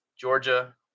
Georgia